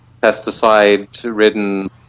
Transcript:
Pesticide-ridden